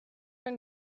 and